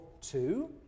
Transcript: two